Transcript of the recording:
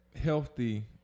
healthy